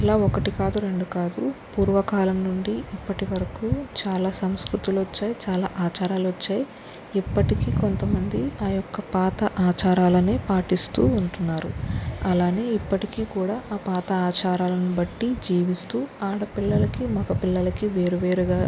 ఇలా ఒకటి కాదు రెండు కాదు పూర్వకాలం నుండి ఇప్పటివరకూ చాలా సంస్కృతులు వచ్చాయి చాలా ఆచారాలు వచ్చాయి ఇప్పటికీ కొంతమంది ఆ యొక్క పాత ఆచారాలనే పాటిస్తూ ఉంటున్నారు అలాగే ఇప్పటికీ కూడా ఆ పాత ఆచారాలను బట్టి జీవిస్తూ ఆడపిల్లలకి మగపిల్లలకి వేరువేరుగా